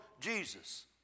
Jesus